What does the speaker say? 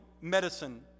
medicine